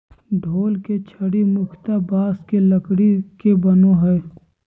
ढोल के छड़ी मुख्यतः बाँस के लकड़ी के बनो हइ